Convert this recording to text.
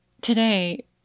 Today